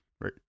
Right